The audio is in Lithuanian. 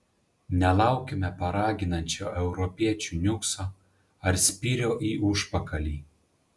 nelaukime paraginančio europiečių niukso ar spyrio į užpakalį